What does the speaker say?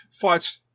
fights